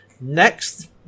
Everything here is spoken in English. next